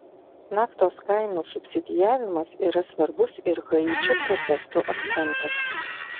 naftos kainų subsidijavimas yra svarbus ir haičio protestų akcentas